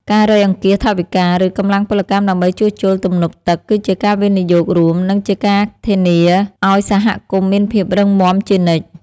ការរៃអង្គាសថវិកា ឬកម្លាំងពលកម្មដើម្បីជួសជុលទំនប់ទឹកគឺជាការវិនិយោគរួម និងជាការធានាឱ្យសហគមន៍មានភាពរឹងមាំជានិច្ច។